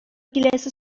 киләсе